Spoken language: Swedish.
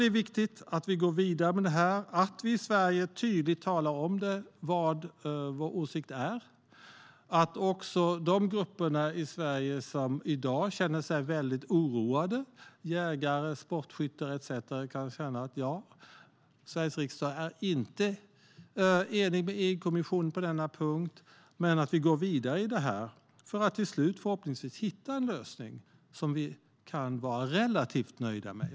Det är viktigt att vi i Sverige går vidare med det här och tydligt talar om vad vår åsikt är, så att de grupper i Sverige som i dag känner sig väldigt oroade - jägare, sportskyttar etcetera - kan känna att Sveriges riksdag inte är enig med EU-kommissionen på denna punkt. Vi går vidare med det här för att till slut förhoppningsvis hitta en lösning som vi kan vara relativt nöjda med.